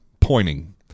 pointing